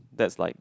that's like